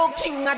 king